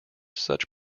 such